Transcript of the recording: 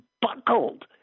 buckled